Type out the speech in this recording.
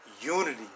unity